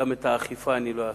גם את האכיפה אני לא אעשה.